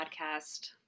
podcast